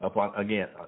Again